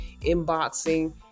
inboxing